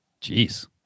jeez